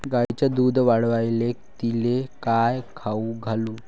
गायीचं दुध वाढवायले तिले काय खाऊ घालू?